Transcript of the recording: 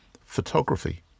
photography